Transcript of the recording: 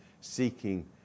seeking